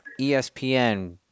ESPN